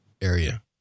area